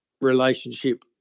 relationship